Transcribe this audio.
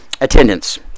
Attendance